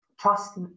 trust